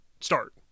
start